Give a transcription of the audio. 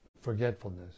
forgetfulness